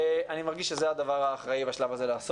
אני מרגיש שזה הדבר האחראי לעשות בשלב הזה.